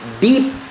deep